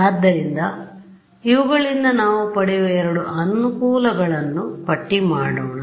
ಆದ್ದರಿಂದ ಇವುಗಳಿಂದ ನಾವು ಪಡೆಯುವ ಎರಡು ಅನುಕೂಲಗಳನ್ನು ಪಟ್ಟಿ ಮಾಡೋಣ